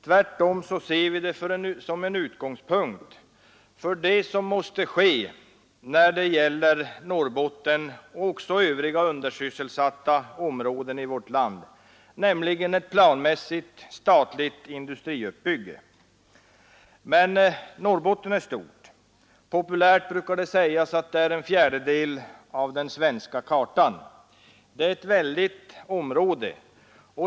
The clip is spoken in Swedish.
Tvärtom ser vi det som en utgångspunkt för det som måste ske när det gäller Norrbotten och övriga undersysselsatta områden i vårt land, nämligen ett planmässigt statligt industriuppbygge. Men Norrbotten är stort. Populärt brukar det sägas att det är en fjärdedel av den svenska kartan. Det är ett väldigt område.